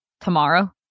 tomorrow